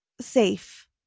safe